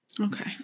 Okay